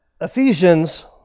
Ephesians